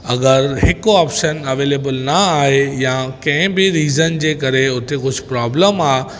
अॻरि हिकु option available न आहे या कंहिं बि रीज़न जे करे उते कुझु प्रॉब्लम आहे